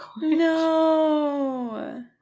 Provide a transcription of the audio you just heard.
No